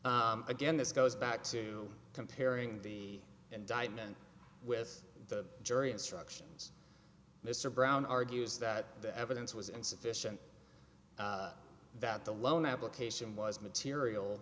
argument again this goes back to comparing the indictment with the jury instructions mr brown argues that the evidence was insufficient that the loan application was material